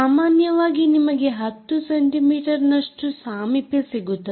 ಸಾಮಾನ್ಯವಾಗಿ ನಿಮಗೆ 10 ಸೆಂಟಿಮೀಟರ್ ನಷ್ಟು ಸಾಮೀಪ್ಯ ಸಿಗುತ್ತದೆ